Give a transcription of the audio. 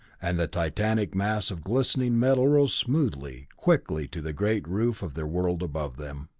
and the titanic mass of glistening metal rose smoothly, quickly to the great roof of their world above them.